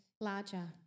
larger